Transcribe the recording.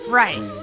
right